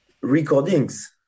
recordings